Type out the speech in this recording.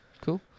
Cool